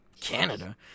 Canada